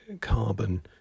carbon